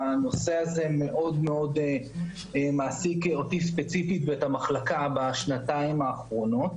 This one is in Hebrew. הנושא מאוד מאוד מעסיק אותי ספציפית ואת המחלקה בשנתיים האחרונות.